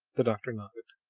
the doctor nodded.